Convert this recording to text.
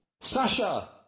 Sasha